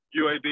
UAB